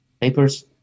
papers